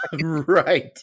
right